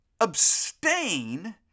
abstain